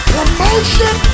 Promotion